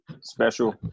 special